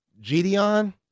Gideon